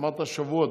אמרת "שבועות".